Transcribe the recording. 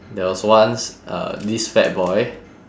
there was once uh this fat boy